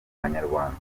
banyarwanda